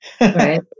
Right